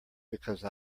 because